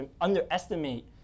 underestimate